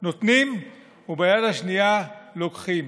נותנים וביד השנייה לוקחים.